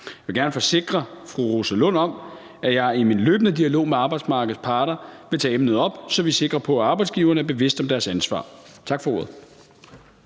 Jeg vil gerne forsikre fru Rosa Lund om, at jeg i min løbende dialog med arbejdsmarkedets parter vil tage emnet op, så vi er sikre på, at arbejdsgiverne er bevidste om deres ansvar. Tak for ordet.